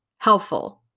Helpful